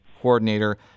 Coordinator